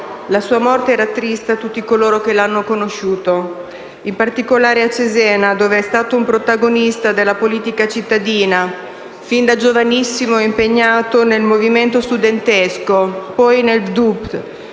La sua morte rattrista tutti coloro che lo hanno conosciuto, in particolare a Cesena, dove era stato un protagonista della politica cittadina, fin da giovanissimo impegnato nel Movimento studentesco, poi nel PdUP,